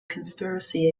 conspiracy